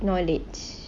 knowledge